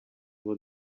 ngo